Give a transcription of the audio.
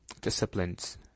disciplines